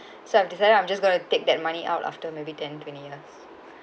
so I've decided I'm just going to take that money out after maybe ten twenty years